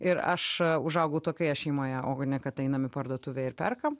ir aš užaugau tokioje šeimoje o ne kad einam į parduotuvę ir perkam